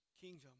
kingdom